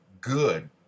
good